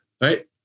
Right